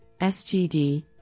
SGD